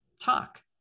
talk